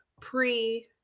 pre